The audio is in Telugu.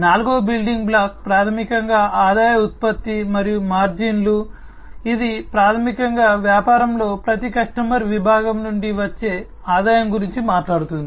నాల్గవ బిల్డింగ్ బ్లాక్ ప్రాథమికంగా ఆదాయ ఉత్పత్తి మరియు మార్జిన్లు ఇది ప్రాథమికంగా వ్యాపారంలో ప్రతి కస్టమర్ విభాగం నుండి వచ్చే ఆదాయం గురించి మాట్లాడుతుంది